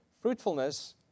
Fruitfulness